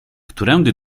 którędy